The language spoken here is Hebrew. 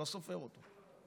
לא סופר אותו.